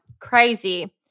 Crazy